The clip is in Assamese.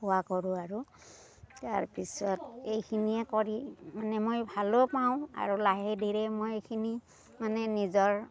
হোৱা কৰো আৰু তাৰপিছত এইখিনিয়ে কৰি মানে মই ভালো পাওঁ আৰু লাহে ধীৰে মই এইখিনি মানে নিজৰ